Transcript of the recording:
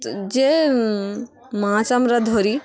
তো যে মাছ আমরা ধরি